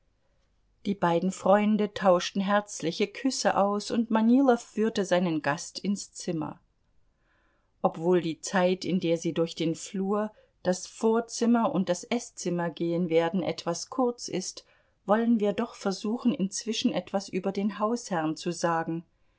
die beiden freunde tauschten herzliche küsse aus und manilow führte seinen gast ins zimmer obwohl die zeit in der sie durch den flur das vorzimmer und das eßzimmer gehen werden etwas kurz ist wollen wir doch versuchen inzwischen etwas über den hausherrn zu sagen